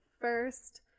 first